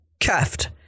cuffed